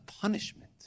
punishment